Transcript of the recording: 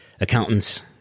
accountants